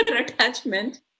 attachment